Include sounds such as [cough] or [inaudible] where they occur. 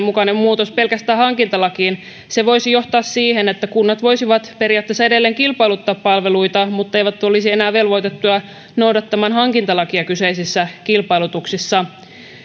[unintelligible] mukainen muutos pelkästään hankintalakiin se voisi johtaa siihen että kunnat voisivat periaatteessa edelleen kilpailuttaa palveluita mutta eivät olisi enää velvoitettuja noudattamaan hankintalakia kyseisissä kilpailutuksissa